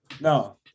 No